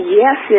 yes